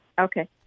Okay